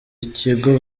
ikigo